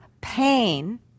pain